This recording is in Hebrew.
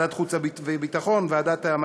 ועדת החוץ והביטחון,